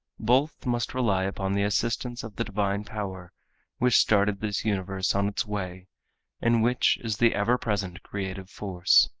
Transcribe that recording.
both must rely upon the assistance of the divine power which started this universe on its way and which is the ever present creative force.